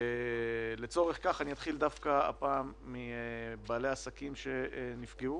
לצורך כך אני אתחיל הפעם דווקא מבעלי העסקים שנפגעו.